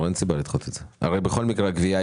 עכשיו אין גבייה.